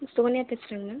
சோனியா பேசுகிறேன் மேம்